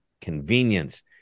convenience